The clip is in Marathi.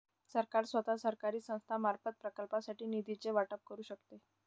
सरकार स्वतः, सरकारी संस्थांमार्फत, प्रकल्पांसाठी निधीचे वाटप करू शकते